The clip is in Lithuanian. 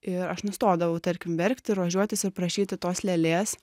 ir aš nustodavau tarkim verkti ir ožiuotis ir prašyti tos lėlės